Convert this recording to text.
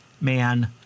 man